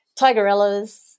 tigerellas